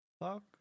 fuck